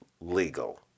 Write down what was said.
legal